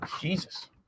Jesus